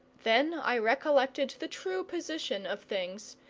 then i recollected the true position of things,